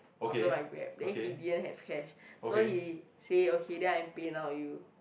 after my Grab then he didn't have cash so he say okay then I PayNow with you